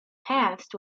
past